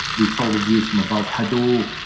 we call the view from above. hadot,